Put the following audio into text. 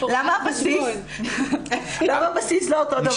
למה הבסיס לא אותו דבר?